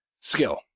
Skill